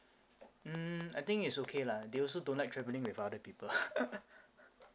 mm I think it's okay lah they also don't like traveling with other people